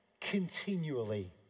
continually